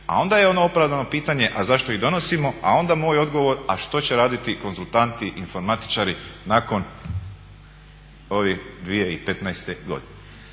A onda je ono opravdano pitanje a zašto ih donosimo, a onda moj odgovor, a što će raditi konzultanti, informatičari nakon ove 2015. godine.